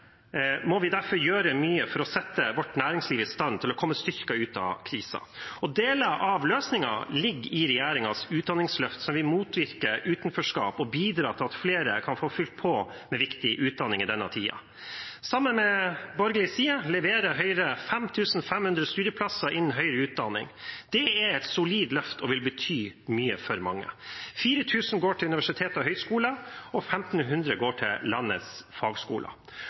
gjøre mye for å sette vårt næringsliv i stand til å komme styrket ut av krisen. Deler av løsningen ligger i regjeringens utdanningsløft, som vil motvirke utenforskap og bidra til at flere kan få fylt på med viktig utdanning i denne tiden. Sammen med borgerlig side leverer Høyre 5 500 studieplasser innen høyere utdanning. Det er et solid løft og vil bety mye for mange. 4 000 går til universiteter og høyskoler og 1 500 går til landets fagskoler.